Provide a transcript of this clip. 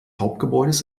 hauptgebäudes